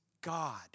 God